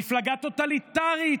מפלגה טוטליטרית.